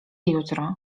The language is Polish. jutro